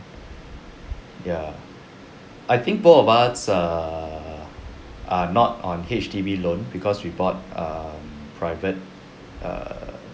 ya I think both of us err are not on H_D_B loan because we bought err private err